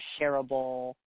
shareable